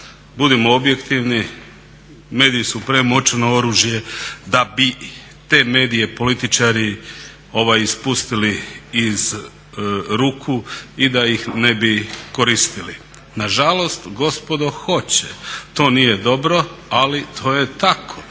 Budimo objektivni, mediji su premoćno oružje da bi te medije političari ispustili iz ruku i da ih ne bi koristili. Na žalost, gospodo hoće. To nije dobro, ali to je tako.